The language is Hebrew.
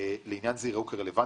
לעניין זה יראו כרלוונטיים,